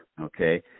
Okay